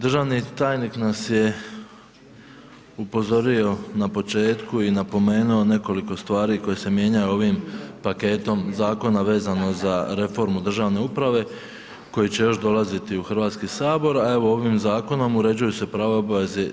Državni tajnik nas je upozorio na početku i napomenuo nekoliko stvari koje se mijenjaju ovim paketom zakona vezano za reformu državne uprave koji će još dolaziti u Hrvatski sabor a evo ovim zakonom uređuju se prava